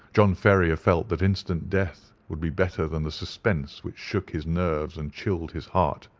john ferrier felt that instant death would be better than the suspense which shook his nerves and chilled his heart.